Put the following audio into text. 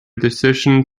decision